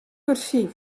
kursyf